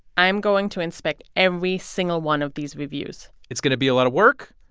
i'm going to inspect every single one of these reviews it's going to be a lot of work,